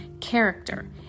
character